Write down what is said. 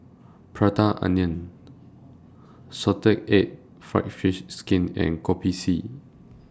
Prata Onion Salted Egg Fried Fish Skin and Kopi C